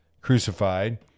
crucified